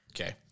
Okay